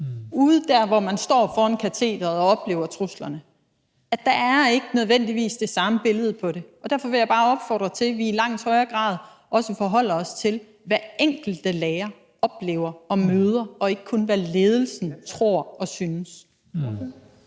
der, hvor man står foran katederet og oplever truslerne. Der er ikke nødvendigvis det samme billede af det. Derfor vil jeg bare opfordre til, at vi i langt højere grad også forholder os til det, som den enkelte lærer oplever og møder, og ikke kun til det, som ledelsen tror og synes.